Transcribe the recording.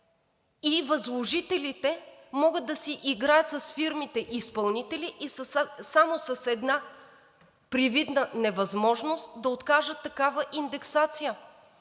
и възложителите могат да си играят с фирмите изпълнители, и само с една привидна невъзможност да откажат такава индексация.